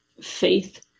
faith